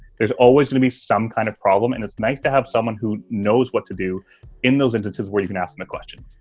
there's always going to be some kind of problem and it's nice to have someone who knows what to do in those instances where you can ask them a question.